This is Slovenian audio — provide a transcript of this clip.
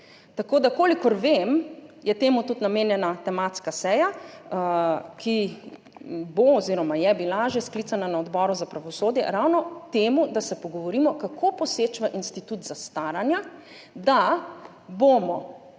postopki. Kolikor vem, je temu tudi namenjena tematska seja, ki bo oziroma je že bila sklicana na Odboru za pravosodje, ravno temu, da se pogovorimo, kako poseči v institut zastaranja, da bomo